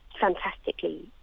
fantastically